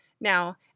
Now